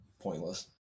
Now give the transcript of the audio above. pointless